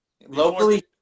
Locally